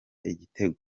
igitego